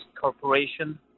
Corporation